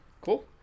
Cool